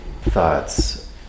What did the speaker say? thoughts